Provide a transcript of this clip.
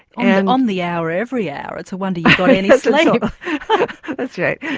and on the hour every hour, it's a wonder you like that's right.